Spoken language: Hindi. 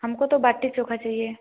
हमको तो बाटी चोखा चाहिए